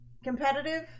Competitive